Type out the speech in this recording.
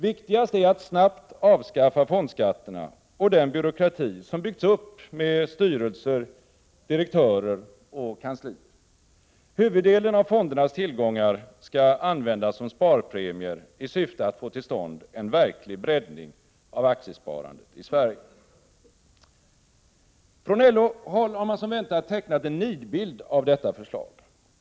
Viktigast är att snabbt avskaffa fondskatterna och den byråkrati som byggts upp med styrelser, direktörer och kanslier. Huvuddelen av fondernas tillgångar skall användas som sparpremier i syfte att få till stånd en verklig breddning av aktiesparandet i Sverige. Från LO-håll har man som väntat tecknat en nidbild av detta förslag.